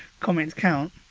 comments count.